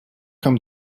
come